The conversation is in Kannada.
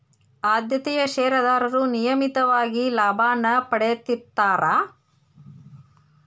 ಆದ್ಯತೆಯ ಷೇರದಾರರು ನಿಯಮಿತವಾಗಿ ಲಾಭಾನ ಪಡೇತಿರ್ತ್ತಾರಾ